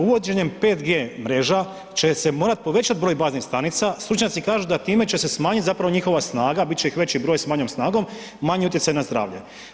Uvođenjem 5G mreža će se morat povećat broj baznih stanica, stručnjaci kažu da time će se smanjit zapravo njihova snaga bit će ih veći broj s manjom snagom, manji utjecaj na zdravlje.